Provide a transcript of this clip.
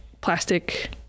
plastic